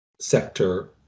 sector